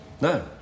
No